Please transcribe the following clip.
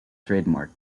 trademark